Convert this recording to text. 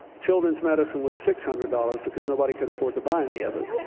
children's medicine was six hundred dollars, because nobody could afford to buy any of it.